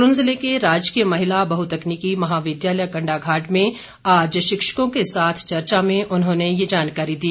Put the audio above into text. सोलन ज़िले के राजकीय महिला बहुतकनीकी महाविद्यालय कण्डाघाट में आज शिक्षकों के साथ चर्चा में उन्होंने ये जानकारी दी